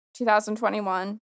2021